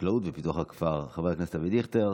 החקלאות ופיתוח הכפר חבר הכנסת אבי דיכטר.